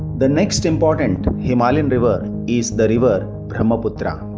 the next important himalayan river is the river brahmaputra